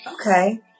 Okay